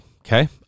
Okay